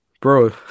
bro